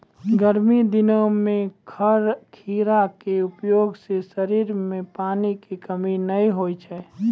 गर्मी दिनों मॅ खीरा के उपयोग सॅ शरीर मॅ पानी के कमी नाय होय छै